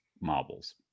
marbles